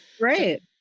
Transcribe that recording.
Right